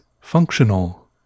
functional